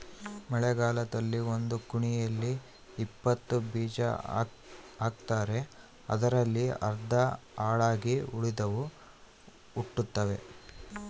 ಮಳೆಗಾಲದಲ್ಲಿ ಒಂದು ಕುಣಿಯಲ್ಲಿ ಇಪ್ಪತ್ತು ಬೀಜ ಹಾಕ್ತಾರೆ ಅದರಲ್ಲಿ ಅರ್ಧ ಹಾಳಾಗಿ ಉಳಿದವು ಹುಟ್ಟುತಾವ